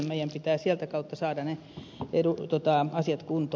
meidän pitää sieltä kautta saada ne asiat kuntoon